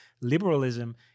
liberalism